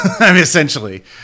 essentially